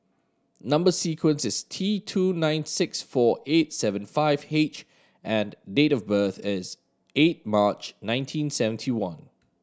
number sequence is T two nine six four eight seven five H and date of birth is eight March nineteen seventy one